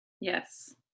Yes